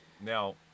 Now